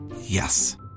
Yes